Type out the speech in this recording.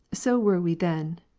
so were we then,